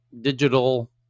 digital